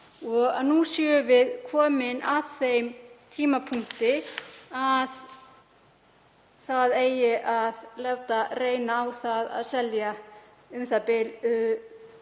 nú séum við komin að þeim tímapunkti að það eigi að láta reyna á það að selja u.þ.b.